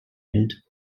end